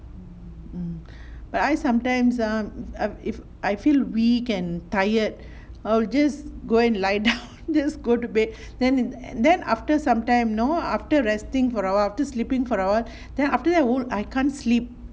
mm but I sometimes ah I feel weak and tired I'll just go and lie down just go to bed then then after sometime know after resting for hour after sleeping for hour then after that oh I can't sleep